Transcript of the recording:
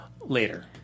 later